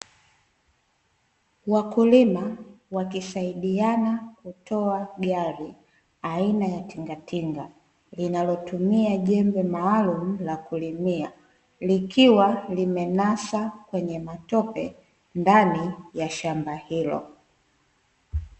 Wakulima wakisaidiana kutoa gari aina ya Tingatinga linalotumia jembe maalumu la kulimia likiwa limenasa kwenye matope ndani ya shamba hilo.